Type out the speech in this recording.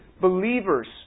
believers